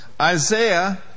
Isaiah